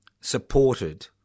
supported